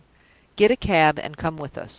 get a cab and come with us.